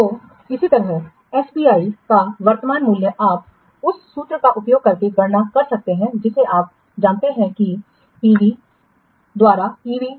तो इसी तरह एसपीआई का वर्तमान मूल्य आप उस सूत्र का उपयोग करके गणना कर सकते हैं जिसे आप जानते हैं कि पीवी द्वारा ईवी